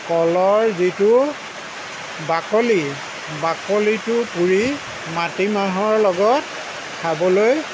কলৰ যিটো বাকলি বাকলিটো পুৰি মাটিমাহৰ লগত খাবলৈ